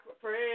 pray